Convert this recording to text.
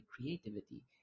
creativity